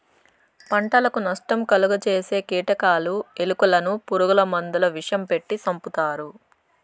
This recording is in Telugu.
పంటకు నష్టం కలుగ జేసే కీటకాలు, ఎలుకలను పురుగు మందుల విషం పెట్టి సంపుతారు